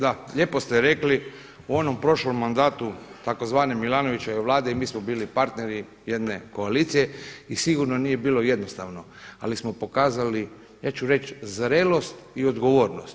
Da, lijepo ste rekli u onom prošlom mandatu tzv. MIlanovićeve vlade i mi smo bili partneri jedne koalicije i sigurno nije bilo jednostavno, ali smo pokazali ja ću reći zrelost i odgovornost.